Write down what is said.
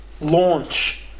launch